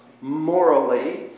morally